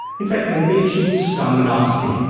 in fact when patients come and ask me,